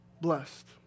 blessed